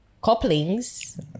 Couplings